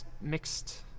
mixed